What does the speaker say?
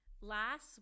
last